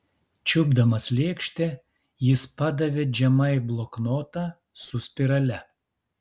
čiupdamas lėkštę jis padavė džemai bloknotą su spirale